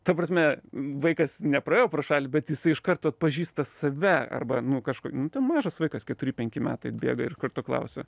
ta prasme vaikas nepraėjo pro šalį bet jisai iš karto atpažįsta save arba nu kažko mažas vaikas keturi penki metai atbėga ir karto klausia